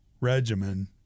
regimen